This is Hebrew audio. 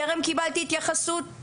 טרם קיבלתי התייחסות.